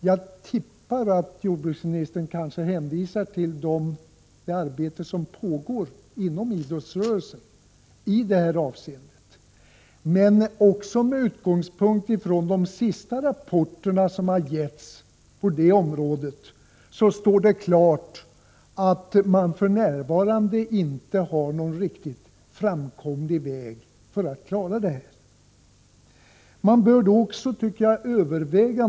Jag tippar att jordbruksministern kommer att hänvisa till det arbete som pågår på det här området inom idrottsrörelsen. Men också med utgångspunkt i de senaste rapporterna står det klart att man för närvarande inte har någon riktigt framkomlig väg då det gäller att klara problemet.